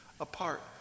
apart